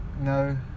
No